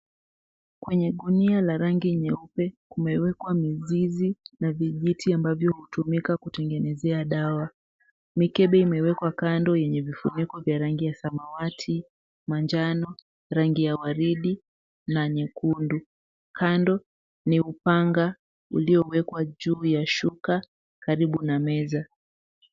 Kwenye gunia la rangi nyeupe kumewekwa mizizi na vijiti ambavyo hutumika kutengenezea dawa. Mikebe imewekwa kando yenye vifuniko vya rangi ya samawati, manjano, rangi ya waridi na nyekundu. Kando ni upanga uliowekwa juu ya shuka karibu na meza.